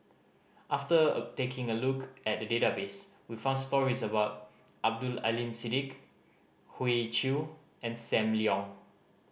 after taking a look at the database we found stories about Abdul Aleem Siddique Hoey Choo and Sam Leong